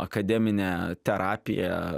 akademinė terapija